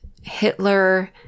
hitler